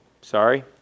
Sorry